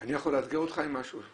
אני יכול לאתגר אותך עם משהו?